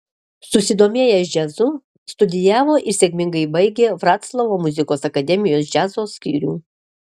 susidomėjęs džiazu studijavo ir sėkmingai baigė vroclavo muzikos akademijos džiazo skyrių